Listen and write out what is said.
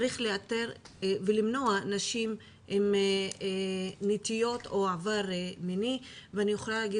צריך לאתר ולמנוע נשים עם נטיות או עבר ואני יכולה לומר